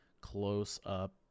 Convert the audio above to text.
close-up